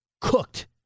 Cooked